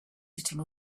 sitting